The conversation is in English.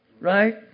right